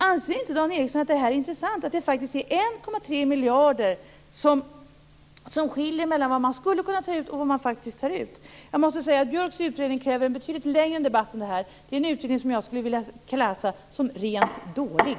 Anser inte Dan Ericsson att det är intressant att det skiljer 1,3 miljarder mellan vad man skulle kunna ta och vad man faktiskt tar ut? Björks utredning kräver en betydligt längre debatt än detta. Det är en utredning som jag skulle vilja klassa som rent dålig.